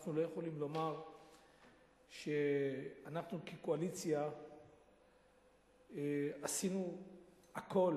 אנחנו לא יכולים לומר שאנחנו כקואליציה עשינו הכול,